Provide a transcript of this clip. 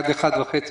עד שעה 1:30,